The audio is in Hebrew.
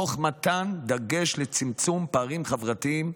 תוך מתן דגש על צמצום פערים חברתיים,